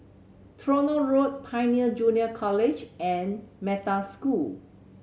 Tronoh Road Pioneer Junior College and Metta School